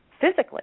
physically